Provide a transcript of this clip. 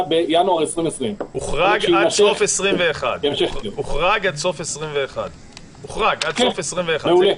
בינואר 2020. הוחרג עד סוף 2021. מעולה.